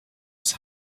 des